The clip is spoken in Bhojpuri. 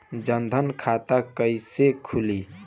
जनधन खाता कइसे खुली?